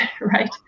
Right